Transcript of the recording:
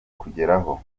kugeraho